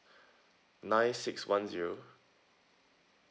nine six one zero